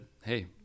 hey